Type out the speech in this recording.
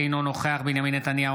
אינו נוכח בנימין נתניהו,